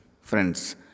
Friends